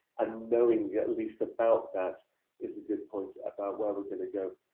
and knowing at least about that is a good point about where we're going to go.